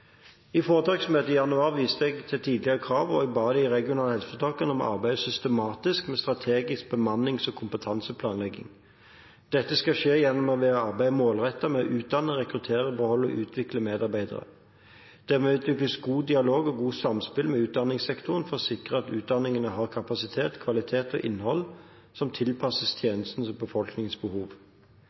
I foretaksmøtet i januar viste jeg til tidligere krav, og jeg ba de regionale helseforetakene om å arbeide systematisk med strategisk bemannings- og kompetanseplanlegging. Dette skal skje gjennom å arbeide målrettet med å utdanne, rekruttere, beholde og utvikle medarbeidere. Det må utvikles god dialog og godt samspill med utdanningssektoren for å sikre at utdanningene har kapasitet, kvalitet og innhold som er tilpasset tjenestens og befolkningens behov.